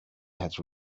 had